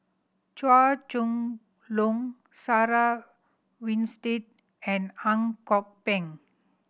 Chua Chong Long Sarah Winstedt and Ang Kok Peng